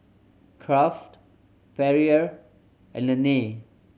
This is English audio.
Kraft Perrier and Laneige